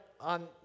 on